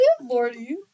Lordy